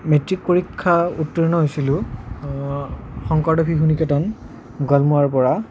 matric পৰীক্ষা উত্তীৰ্ণ হৈছিলোঁ শংকৰদেৱ শিশু নিকেতন গোৱালমৰাৰ পৰা